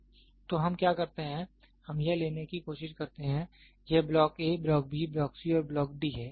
तो हम क्या करते हैं हम यह लेने की कोशिश करते हैं यह block a block b block c और ब्लॉक d है